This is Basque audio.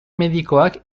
medikoak